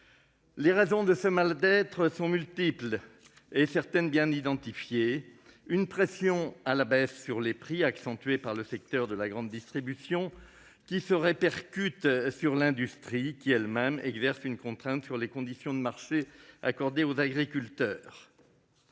Les raisons de ce mal-être sont multiples et certaines d'entre elles sont bien identifiées : une pression à la baisse sur les prix, accentuée par le secteur de la grande distribution, qui se répercute sur l'industrie, elle-même exerçant une contrainte sur les conditions de marché accordées aux agriculteurs.